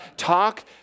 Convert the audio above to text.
talk